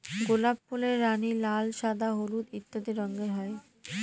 গোলাপ ফুলের রানী, লাল, সাদা, হলুদ ইত্যাদি রঙের হয়